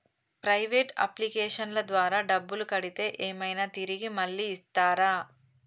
Private అప్లికేషన్ల ద్వారా డబ్బులు కడితే ఏమైనా తిరిగి మళ్ళీ ఇస్తరా?